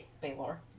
Baylor